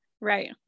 right